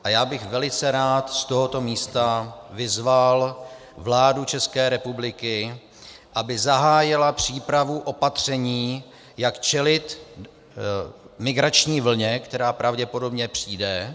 A já bych velice rád z tohoto místa vyzval vládu České republiky, aby zahájila přípravu opatření, jak čelit migrační vlně, která pravděpodobně přijde.